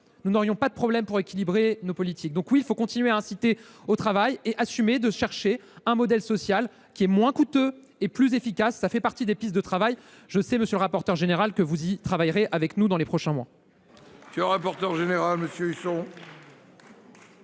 nous n’aurions pas de problème pour équilibrer nos politiques publiques. Donc oui, il faut continuer à inciter au travail et assumer la recherche d’un modèle social moins coûteux et plus efficace ; cela fait partie de nos pistes de travail. Je sais, monsieur le rapporteur général, que vous y travaillerez avec nous lors des prochains mois. La parole est à M. Jean François Husson,